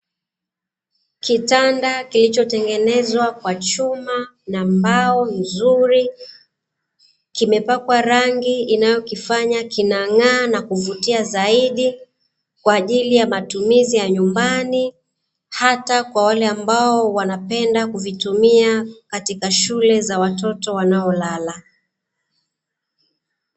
Kitanda kilichotengenezwa kwa chuma na mbao nzuri, kimepakwa rangi inayokifanya kinang'aa na kuvutia zaidi kwa ajili ya matumizi ya nyumbani, hata kwa wale ambao wanapenda kuvitumia katika shule za watoto wanaolala.